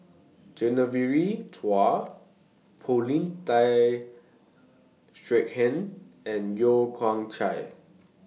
Genevieve Chua Paulin Tay Straughan and Yeo Kian Chai